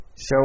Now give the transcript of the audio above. Show